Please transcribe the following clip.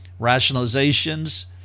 rationalizations